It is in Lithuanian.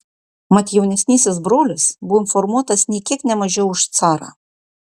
mat jaunesnysis brolis buvo informuotas nė kiek ne mažiau už carą